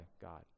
God